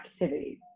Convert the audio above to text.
activities